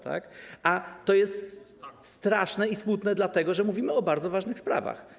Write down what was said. To jest straszne i smutne, dlatego że mówimy o bardzo ważnych sprawach.